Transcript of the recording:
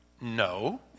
No